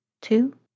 two